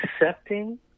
accepting